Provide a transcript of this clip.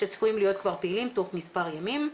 שצפויים להיות כבר פעילים תוך מספר ימים.